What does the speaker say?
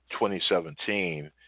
2017